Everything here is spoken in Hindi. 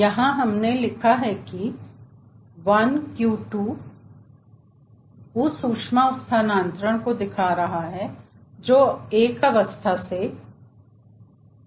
यहां हमने लिखा है 1Q2 यह उस ऊष्मा स्थानांतरण को दिखा रहा है जो अवस्था एक से अवस्था दो के बीच हो रही हैं